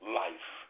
life